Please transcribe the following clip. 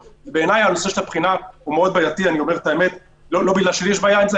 בעיניי הנושא של הבחינה מאוד בעייתי לא בגלל שלי יש בעיה עם זה,